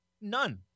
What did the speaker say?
None